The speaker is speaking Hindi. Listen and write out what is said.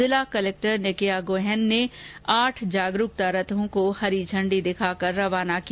जिला कलेक्टर निकिया गोहेन ने आठ जागरुकता रथों को हरी झण्डी दिखाकर रवाना किया